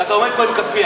ואתה עומד פה עם כאפיה.